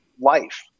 life